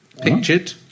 pictured